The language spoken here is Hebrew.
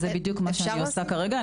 זה בדיוק מה שאני עושה כרגע.